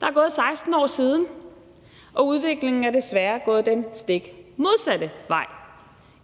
Der er gået 16 år siden, og udviklingen er desværre gået i den stik modsatte retning.